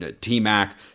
T-Mac